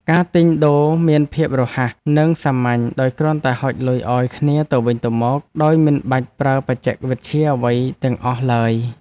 ការទិញដូរមានភាពរហ័សនិងសាមញ្ញដោយគ្រាន់តែហុចលុយឱ្យគ្នាទៅវិញទៅមកដោយមិនបាច់ប្រើបច្ចេកវិទ្យាអ្វីទាំងអស់ឡើយ។